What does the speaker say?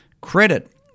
credit –